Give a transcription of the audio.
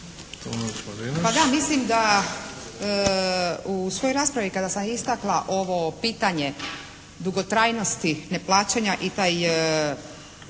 Pa da, mislim da u svojoj raspravi kada sam istakla ovo pitanje dugotrajnosti neplaćanja i taj